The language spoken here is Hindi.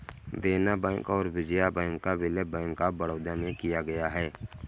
देना बैंक और विजया बैंक का विलय बैंक ऑफ बड़ौदा में किया गया है